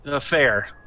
Fair